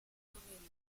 community